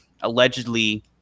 allegedly